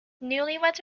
newlyweds